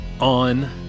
on